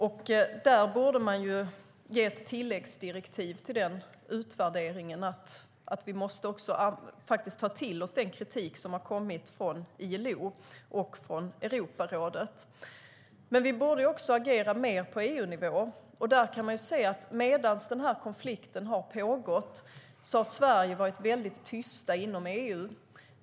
Till den utvärderingen borde man ge ett tilläggsdirektiv om att vi också måste ta till oss den kritik som har kommit från ILO och Europarådet. Vi borde dock också agera mer på EU-nivå. Man kan se att Sverige varit tyst inom EU medan konflikten har pågått.